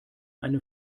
eine